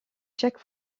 chaque